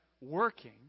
working